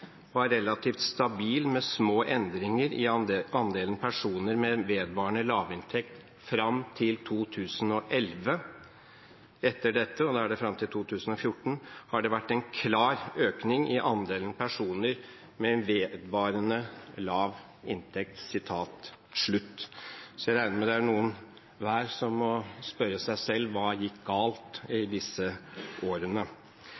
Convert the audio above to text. relativt stabil med små endringer i andelen personer med vedvarende lavinntekt fram til 2011. Etter dette» – og da er det fram til 2014 – «har det vært en klar økning i andelen personer med vedvarende lavinntekt.» Jeg regner med at noen hver må spørre seg selv om hva som gikk galt i disse årene.